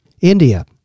India